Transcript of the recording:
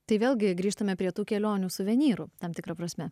tai vėlgi grįžtame prie tų kelionių suvenyrų tam tikra prasme